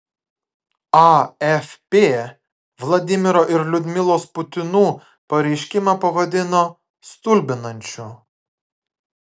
afp vladimiro ir liudmilos putinų pareiškimą pavadino stulbinančiu